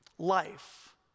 life